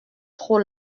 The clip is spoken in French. trop